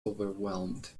overwhelmed